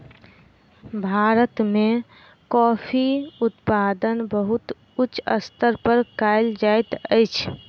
भारत में कॉफ़ी उत्पादन बहुत उच्च स्तर पर कयल जाइत अछि